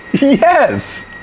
yes